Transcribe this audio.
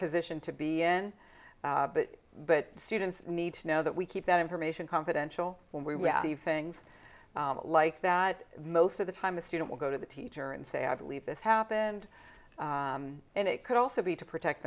position to be in but students need to know that we keep that information confidential when we will leave things like that most of the time a student will go to the teacher and say i believe this happened and it could also be to protect